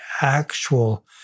actual